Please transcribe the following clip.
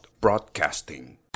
Broadcasting